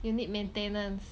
you need maintenance